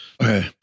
okay